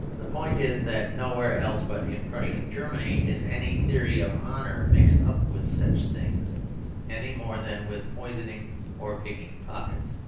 the point is that nowhere else but in prussian germany is any theory of honour mixed up with such things any more than with poisoning or picking pockets.